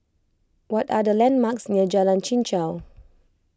what are the landmarks near Jalan Chichau